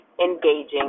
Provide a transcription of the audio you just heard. engaging